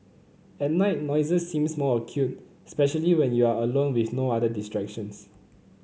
at night noises seems more acute especially when you are alone with no other distractions